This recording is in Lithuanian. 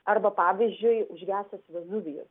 arba pavyzdžiui užgesęs vezuvijus